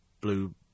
blue